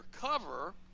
cover